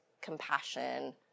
compassion